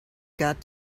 got